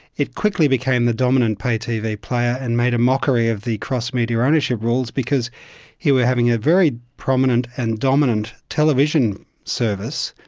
it quickly became the dominant pay-tv player and made a mockery of the cross-media ownership rules because you were having a very prominent and dominant television service,